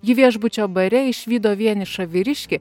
ji viešbučio bare išvydo vienišą vyriškį